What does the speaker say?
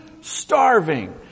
starving